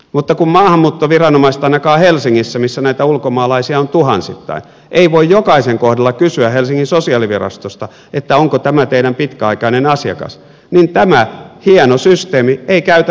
mutta kun maahanmuuttoviranomaiset ainakaan helsingissä missä näitä ulkomaalaisia on tuhansittain eivät voi jokaisen kohdalla kysyä helsingin sosiaalivirastosta että onko tämä teidän pitkäaikainen asiakkaanne niin tämä hieno systeemi ei käytännössä toimi